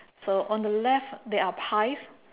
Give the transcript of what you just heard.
so on the left there are pies